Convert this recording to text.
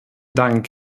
dank